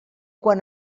quan